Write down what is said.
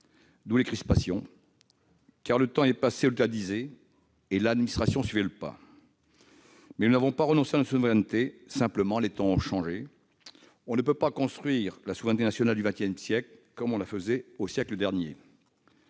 sont apparues, car le temps est passé où l'État disait et l'administration suivait. Nous n'avons pas renoncé à notre souveraineté ; simplement, les temps ont changé. On ne peut pas construire la souveraineté nationale au XXI siècle comme on le faisait au siècle dernier.